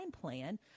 plan